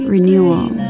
Renewal